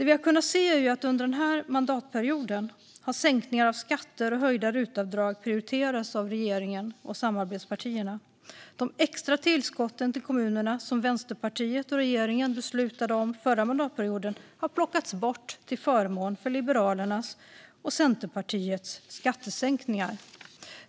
Vi har kunnat se att under den här mandatperioden har sänkningar av skatter och höjda rutavdrag prioriterats av regeringen och samarbetspartierna. De extra tillskotten till kommunerna som Vänsterpartiet och regeringen beslutade om förra mandatperioden har plockats bort till förmån för Liberalernas och Centerpartiets skattesänkningar.